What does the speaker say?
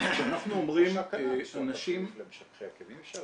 אנחנו אומרים אנשים -- יש --- משככי כאבים,